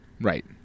Right